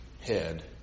head